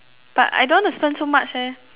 but I don't want to spend so much leh